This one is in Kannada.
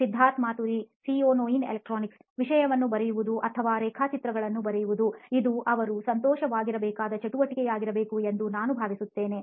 ಸಿದ್ಧಾರ್ಥ್ ಮಾತುರಿ ಸಿಇಒ ನೋಯಿನ್ ಎಲೆಕ್ಟ್ರಾನಿಕ್ಸ್ ವಿಷಯವನ್ನು ಬರೆಯುವುದು ಅಥವಾ ರೇಖಾಚಿತ್ರಗಳನ್ನು ಬರೆಯುವುದು ಇದು ಅವರು ಸಂತೋಷವಾಗಿರಬೇಕಾದ ಚಟುವಟಿಕೆಯಾಗಿರಬೇಕು ಎಂದು ನಾನು ಭಾವಿಸುತ್ತೇನೆ